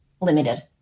limited